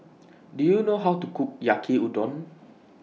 Do YOU know How to Cook Yaki Udon